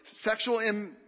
Sexual